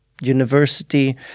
university